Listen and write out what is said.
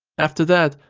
after that,